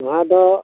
ᱱᱚᱶᱟ ᱫᱚ